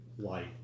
light